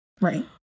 right